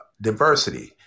diversity